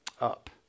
up